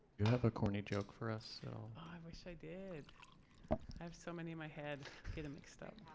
you have a corny joke for us? juneau i wish i did. i have so many in my head. get them mixed up.